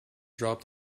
drop